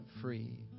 free